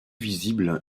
visible